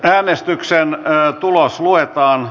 äänestyksen tulos luetaan